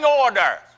order